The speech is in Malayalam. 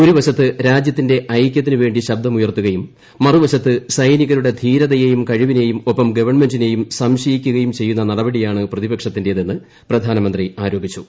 ഒരുവശത്ത് രാജ്യത്തിന്റെ ഐക്യത്തിന് വേണ്ടി ശബ്ദമുയർത്തുകയും മറുവശത്ത് സൈനികരുടെ ധീരതയേയും കഴിവിനെയും ഒപ്പം ഗവൺമെന്റിനേയും സംശയിക്കുകയും ചെയ്യുന്ന നടപടിയാണ് പ്രതിപക്ഷത്തിന്റേതെന്ന് പ്രധാനമന്ത്രി ആരോപിച്ചു